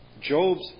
Job's